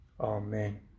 Amen